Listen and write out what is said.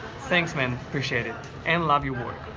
thanks man, appreciate it and love your work.